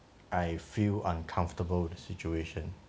I feel uncomfortable situation